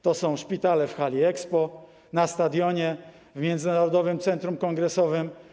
To są szpitale w hali Expo, na stadionie, w Międzynarodowym Centrum Kongresowym.